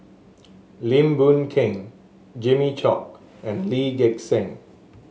Lim Boon Keng Jimmy Chok and Lee Gek Seng